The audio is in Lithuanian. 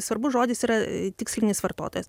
svarbus žodis yra tikslinis vartotojas